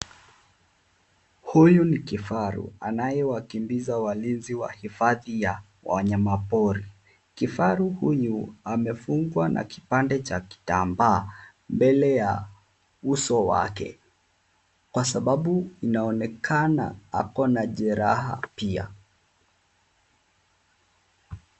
Huyu ni kifaru anayewakimbiza walinzi wa hifadhi ya wanyamapori. Kifaru huyu amefungwa na kipande cha kitambaa mbele ya uso wake kwa sababu inaonekana ako na jeraha pia.